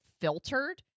filtered